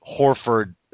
Horford